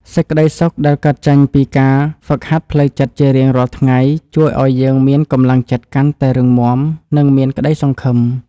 សេចក្តីសុខដែលកើតចេញពីការហ្វឹកហាត់ផ្លូវចិត្តជារៀងរាល់ថ្ងៃជួយឱ្យយើងមានកម្លាំងចិត្តកាន់តែរឹងមាំ និង មានក្តីសង្ឃឹម។